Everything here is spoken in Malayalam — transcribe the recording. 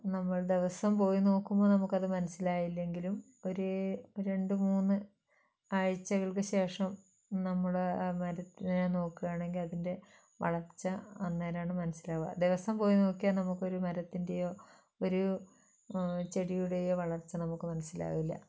നമ്മൾ ദിവസം പോയി നോക്കുമ്പോൾ നമുക്കത് മനസ്സിലായില്ലെങ്കിലും ഒരു രണ്ട് മൂന്ന് ആഴ്ചകൾക്ക് ശേഷം നമ്മൾ ആ ആ മരത്തിനെ നോക്കുകയാണെങ്കിൽ അതിൻ്റെ വളർച്ച അന്നേരമാണ് മനസ്സിലാവുക ദിവസവും പോയി നോക്കിയാൽ നമുക്കൊരു മരത്തിൻ്റെയോ ഒരു ചെടിയുടെയോ വളർച്ച നമുക്ക് മനസ്സിലാവില്ല